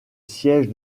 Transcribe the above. siège